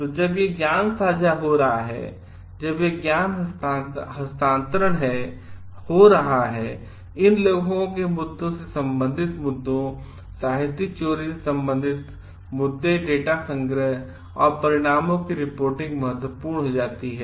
तो जब यह ज्ञान साझा हो रहा है जब यह ज्ञान हस्तांतरण है हो रहा है इन लेखकों के मुद्दों से संबंधित मुद्दों साहित्यिक चोरी से संबंधित मुद्दे डेटा संग्रह और परिणामों की रिपोर्टिंग महत्वपूर्ण हो जाती है